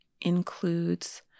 Includes